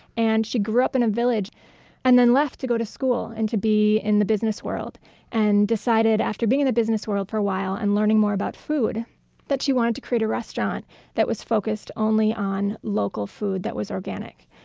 and she grew up in a village and left to go to school and to be in the business world she and decided after being in the business world for a while and learning more about food that she wanted to create a restaurant that was focused only on local food that was organic.